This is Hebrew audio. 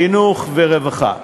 חינוך ורווחה.